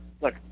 Look